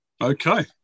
Okay